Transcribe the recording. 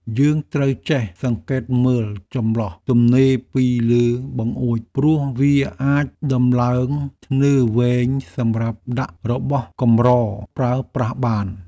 យើងត្រូវចេះសង្កេតមើលចន្លោះទំនេរពីលើបង្អួចព្រោះវាអាចដំឡើងធ្នើរវែងសម្រាប់ដាក់របស់កម្រប្រើប្រាស់បាន។